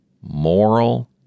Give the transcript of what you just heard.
moral